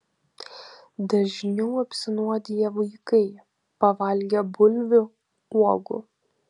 dažniau apsinuodija vaikai pavalgę bulvių uogų